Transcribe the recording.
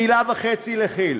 מילה וחצי לכי"ל.